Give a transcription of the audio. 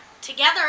together